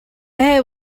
air